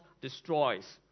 destroys